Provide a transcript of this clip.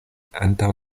antaŭ